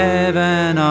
Heaven